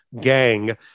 gang